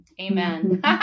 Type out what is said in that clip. Amen